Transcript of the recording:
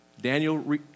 Daniel